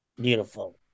Beautiful